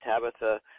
Tabitha